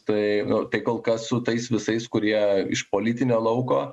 tai nu tai kol kas su tais visais kurie iš politinio lauko